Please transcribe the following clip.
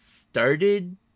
started